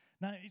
Now